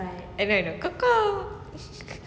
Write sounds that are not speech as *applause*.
I know I know *noise*